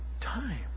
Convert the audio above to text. time